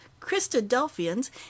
christadelphians